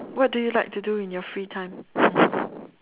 what do you like to do in your free time